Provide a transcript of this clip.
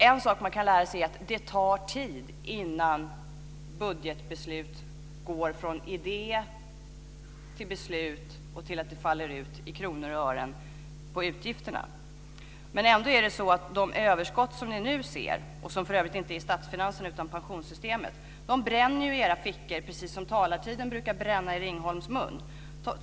En sak som man kan lära sig är att det tar tid innan budgetbeslut går från idé till beslut och till att det faller ut i kronor och ören på utgiftssidan. De överskott som ni nu ser - och som för övrigt inte gäller statsfinanserna utan som gäller pensionssystemen - bränner i era fickor, precis som talartiden brukar bränna i Ringholms mun.